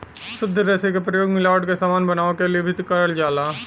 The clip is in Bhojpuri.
शुद्ध रेसे क प्रयोग मिलावट क समान बनावे क लिए भी करल जाला